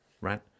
right